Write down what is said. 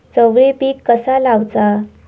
चवळी पीक कसा लावचा?